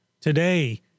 today